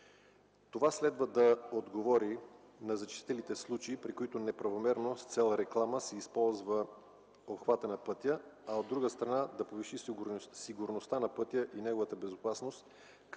Това следва да отговори на зачестилите случаи, при които неправомерно с цел реклама се използва обхватът на пътя, а от друга страна – да повиши сигурността на пътя и неговата безопасност,